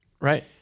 Right